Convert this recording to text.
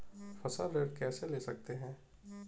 फसल ऋण कैसे ले सकते हैं?